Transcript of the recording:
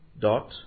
dot